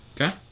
Okay